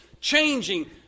changing